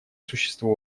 существу